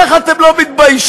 איך אתם לא מתביישים?